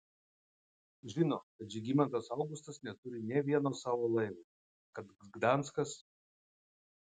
žino kad žygimantas augustas neturi nė vieno savo laivo kad gdanskas